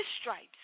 stripes